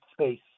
space